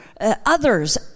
others